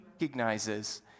recognizes